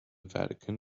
vatican